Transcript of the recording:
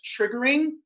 triggering